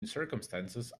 circumstances